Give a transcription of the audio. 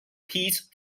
piece